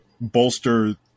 bolster